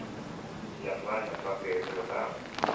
लंबा लंबा पेड़ होला